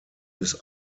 bis